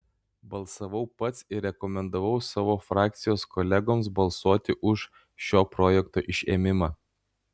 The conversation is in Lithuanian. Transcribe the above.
balsavau pats ir rekomendavau savo frakcijos kolegoms balsuoti už šio projekto išėmimą